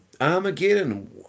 Armageddon